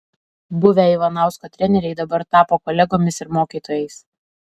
buvę ivanausko treneriai dabar tapo kolegomis ir mokytojais